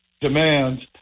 demands